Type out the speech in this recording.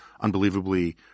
unbelievably